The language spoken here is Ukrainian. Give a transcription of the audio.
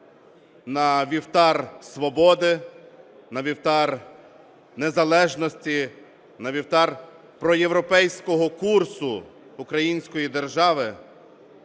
на вівтар свободи, на вівтар незалежності, на вівтар проєвропейського курсу української держави,